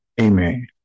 amen